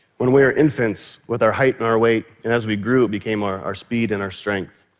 when we are infants, with our height and our weight, and as we grew it became our our speed and our strength.